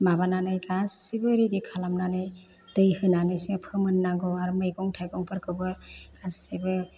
माबानानै गासिबो रेडि खालामनानै दै होनानैसो फोमोन नांगौ आर मैगं थायगंफोरखौबो गासिबो